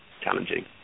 challenging